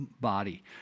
Body